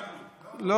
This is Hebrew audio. יריב, יעלו.